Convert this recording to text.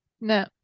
no